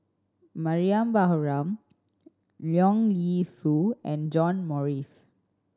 Mariam Baharom Leong Yee Soo and John Morrice